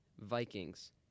vikings